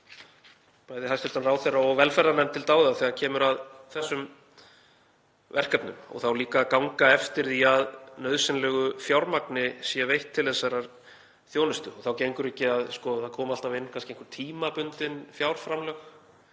bæði hæstv. ráðherra og velferðarnefnd til dáða þegar kemur að þessum verkefnum og þá líka að ganga eftir því að nauðsynlegt fjármagn sé veitt til þessarar þjónustu. Það gengur ekki að það komi alltaf inn einhver tímabundin fjárframlög.